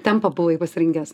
tempą buvai pasirinkęs